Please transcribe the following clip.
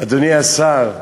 הכנסת